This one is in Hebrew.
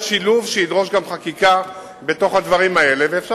שידרוש גם חקיקה בתוך הדברים האלה ואפשר